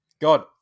God